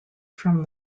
from